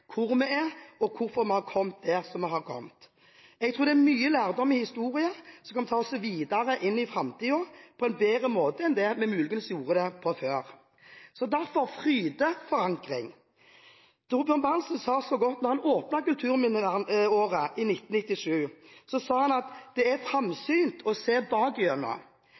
hvor vi er og hvorfor vi har kommet dit vi har kommet. Jeg tror det er mye lærdom i historien som kan ta oss videre inn i framtiden på en bedre måte enn den måten vi muligens gjorde det på før. Derfor fryder forankring. Thorbjørn Berntsen sa det så godt da han åpnet Kulturminneåret i 1997: «Det er framsynt å se